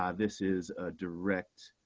ah this is a direct